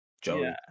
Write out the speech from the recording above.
Joe